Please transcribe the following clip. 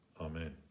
Amen